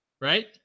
right